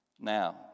Now